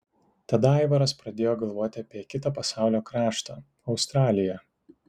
tada aivaras pradėjo galvoti apie kitą pasaulio kraštą australiją